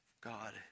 God